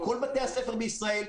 כל בתי הספר בישראל,